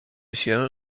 się